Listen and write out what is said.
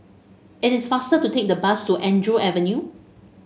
it is faster to take the bus to Andrew Avenue